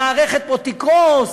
המערכת פה תקרוס,